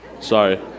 Sorry